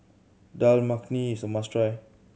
Dal Makhani is a must try